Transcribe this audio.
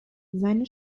seine